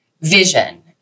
vision